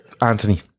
Anthony